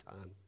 time